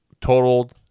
totaled